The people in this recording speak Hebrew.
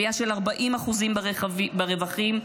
עלייה של 40% ברווחים,